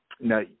now